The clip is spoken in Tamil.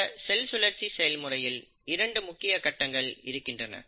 இந்த செல் சுழற்சி செயல்முறையில் இரண்டு முக்கிய கட்டங்கள் இருக்கின்றன